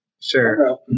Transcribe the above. Sure